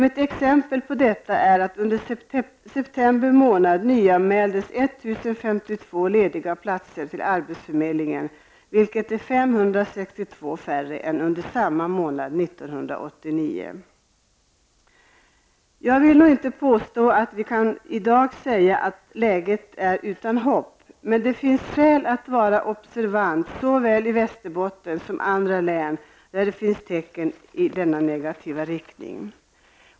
Ett exempel på detta är att Jag vill nog inte påstå att vi i dag kan säga att läget är utan hopp. Men det finns skäl att vara observant såväl när det gäller Västerbottens län som när det gäller andra län där det finns tecken i denna negativa riktning.